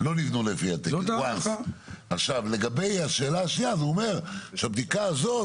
אתה הופך --- צמוד קרקע זה גם קוטג'ים